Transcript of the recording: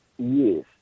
Yes